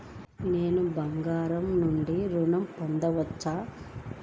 నేను బంగారం నుండి ఋణం పొందవచ్చా?